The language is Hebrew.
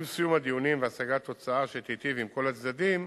עם סיום הדיונים והשגת תוצאה שתיטיב עם כל הצדדים,